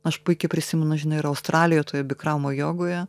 aš puikiai prisimenu žinai ir australijoj bikramo jogoje